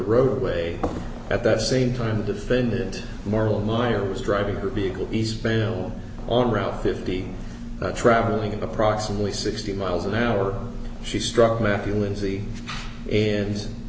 roadway at the same time the defendant moral meyer was driving her vehicle east panel on route fifty traveling approximately sixty miles an hour she struck matthew lindsay and